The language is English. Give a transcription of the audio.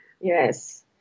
Yes